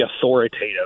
authoritative